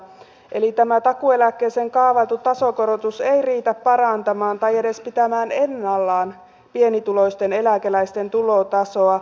eli tämä takuueläkkeeseen kaavailtu tasokorotus ei riitä parantamaan tai edes pitämään ennallaan pienituloisten eläkeläisten tulotasoa